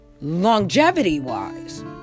longevity-wise